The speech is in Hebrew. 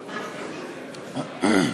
אמן.